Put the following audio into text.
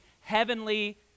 heavenly